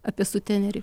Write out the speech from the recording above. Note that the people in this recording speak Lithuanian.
apie sutenerį